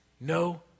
No